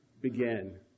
begin